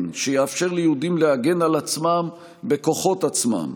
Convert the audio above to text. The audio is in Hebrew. שיאפשר ליהודים להגן על עצמם בכוחות עצמם,